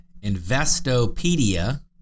Investopedia